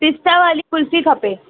पिस्ता वाली कुल्फ़ी खपे